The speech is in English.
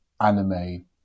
anime